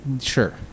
sure